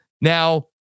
now